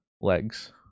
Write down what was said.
legs